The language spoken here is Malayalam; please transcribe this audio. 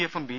എഫും ബി